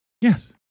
Yes